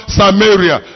samaria